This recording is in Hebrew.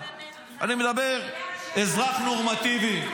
אני מדבר על אזרח נורמטיבי.